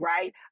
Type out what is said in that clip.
right